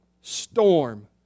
storm